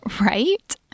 Right